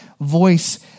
voice